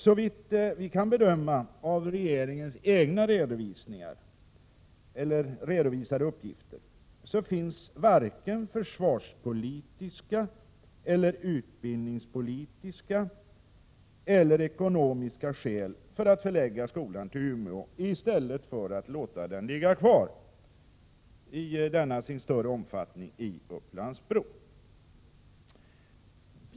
Såvitt vi kan bedöma av regeringens egna redovisade uppgifter finns varken försvarspolitiska, utbildningspolitiska eller ekonomiska skäl för att förlägga skolan till Umeå i stället för att låta den i denna sin större omfattning ligga kvar i Upplands-Bro.